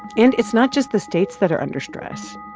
and it's not just the states that are under stress.